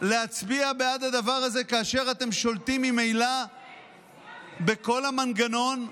להצביע בעד הדבר הזה כאשר אתם שולטים ממילא בכל המנגנון הפרלמנטרי,